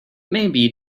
maybe